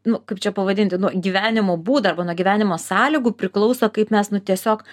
nu kaip čia pavadinti nuo gyvenimo būdo arba nuo gyvenimo sąlygų priklauso kaip mes nu tiesiog